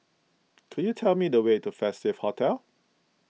could you tell me the way to Festive Hotel